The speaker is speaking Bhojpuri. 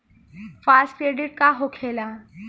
फास्ट क्रेडिट का होखेला?